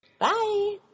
Bye